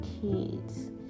kids